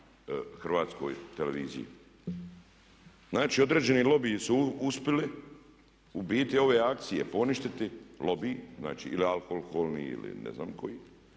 Hrvatskoj televiziji. Znači, određeni lobiji su uspjeli u biti ove akcije poništiti, lobiji. Znači ili alkoholni ili ne znam kojih